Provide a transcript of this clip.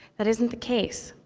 that isn't the case.